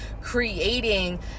creating